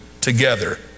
together